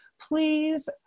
Please